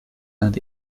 and